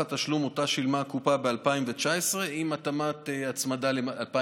התשלום שאותה שילמה הקופה ב-2019 עם התאמת הצמדה ל-2020.